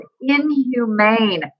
inhumane